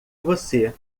você